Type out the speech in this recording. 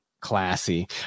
Classy